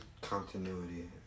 continuity